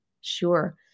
Sure